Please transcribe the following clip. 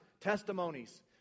testimonies